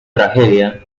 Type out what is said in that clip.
tragedia